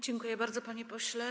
Dziękuję bardzo, panie pośle.